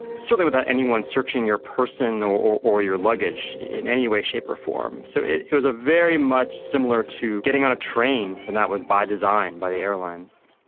certainly without anyone searching your person or or your luggage in any way shape or form. so it it was very much similar to getting on a train and that was by design by the airlines.